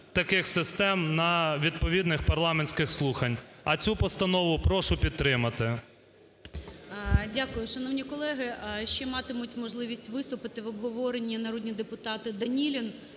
таких систем на відповідних парламентських слуханнях. А цю постанову прошу підтримати. ГОЛОВУЮЧИЙ. Дякую. Шановні колеги, ще матимуть можливість виступити в обговоренні народні депутати Данілін,